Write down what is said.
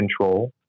control